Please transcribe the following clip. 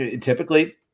Typically